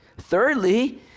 Thirdly